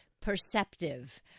perceptive